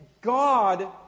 God